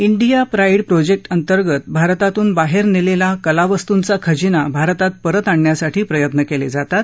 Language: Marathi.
डिया प्राईड प्रोजेक्ट अंतर्गत भारतातून बाहेर नेलेला कलावस्तूंचा खजिना भारतात परत आणण्यासाठी प्रयत्न केले जातात